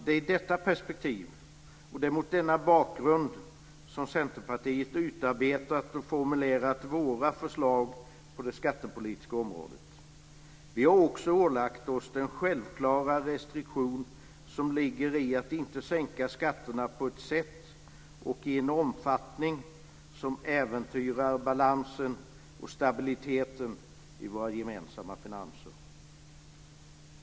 Det är i detta perspektiv och mot denna bakgrund som Centerpartiet har utarbetat och formulerat sina förslag på det skattepolitiska området. Vi har också ålagt oss den självklara restriktion som ligger i att inte sänka skatterna på ett sätt och i en omfattning som äventyrar balansen och stabiliteten i våra gemensamma finanser.